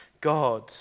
God